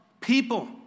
people